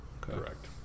Correct